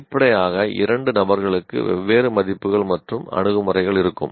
வெளிப்படையாக இரண்டு நபர்களுக்கு வெவ்வேறு மதிப்புகள் மற்றும் அணுகுமுறைகள் இருக்கும்